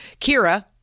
Kira